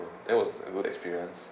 that was a good experience